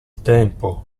tempo